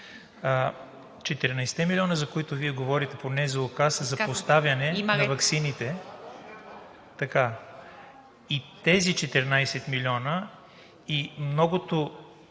милиона, за които Вие, говорите по НЗОК, са за поставяне на ваксините. Тези 14 милиона и многото